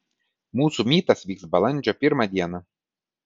mūsų mytas vyks balandžio pirmą dieną